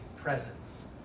presence